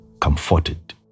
comforted